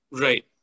Right